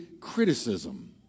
criticism